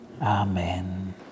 Amen